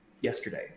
yesterday